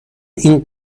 این